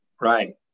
Right